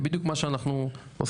זה בדיוק מה שאנחנו עושים,